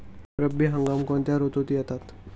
रब्बी हंगाम कोणत्या ऋतूत येतात?